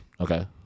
Okay